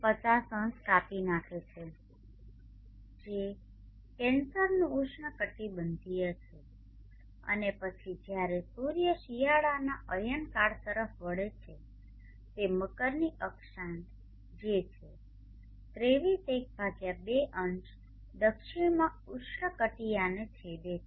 500 કાપી નાંખે છે જે કેન્સરનું ઉષ્ણકટિબંધીય છે અને પછી જ્યારે સૂર્ય શિયાળાના અયનકાળ તરફ વળે છે તે મકરની અક્ષાંશ જે છે 23 ½0 દક્ષિણમાં ઉષ્ણકટીયાને છેદે છે